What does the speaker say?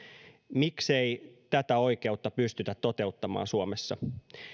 miksei tätä oikeutta pystytä toteuttamaan suomessa